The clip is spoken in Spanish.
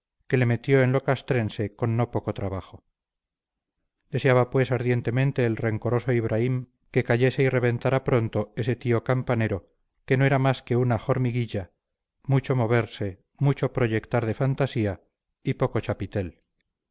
que le metió en lo castrense con no poco trabajo deseaba pues ardientemente el rencoroso ibraim que cayese y reventara pronto ese tío campanero que no era más que un jormiguiya mucho moverse mucho proyectar de fantasía y poco chapitel